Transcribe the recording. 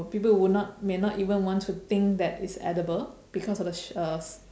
people would not may not even want to think that it's edible because of the she~ uh shell